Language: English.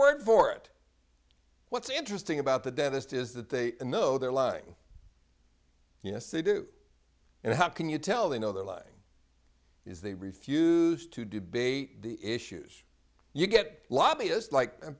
word for it what's interesting about the dentist is that they know they're lying yes they do and how can you tell they know they're lying is they refuse to debate the issues you get l